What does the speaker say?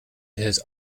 his